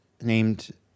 named